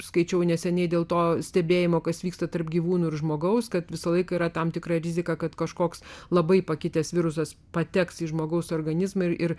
skaičiau neseniai dėl to stebėjimo kas vyksta tarp gyvūnų ir žmogaus kad visą laiką yra tam tikra rizika kad kažkoks labai pakitęs virusas pateks į žmogaus organizmą ir ir